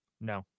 No